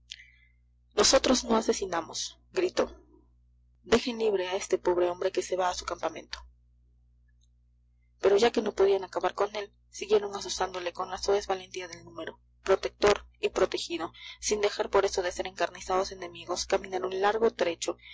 nosotros no asesinamos gritó dejen libre a este pobre hombre que se va a su campamento pero ya que no podían acabar con él siguieron azuzándole con la soez valentía del número protector y protegido sin dejar por eso de ser encarnizados enemigos caminaron largo trecho